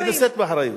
היא נושאת באחריות.